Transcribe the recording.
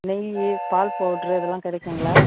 நெய் பால் பவுட்ரு இதெல்லாம் கிடைக்குங்களா